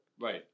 Right